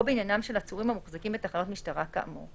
או בעניינם של עצורים המוחזקים בתחנות משטרה כאמור: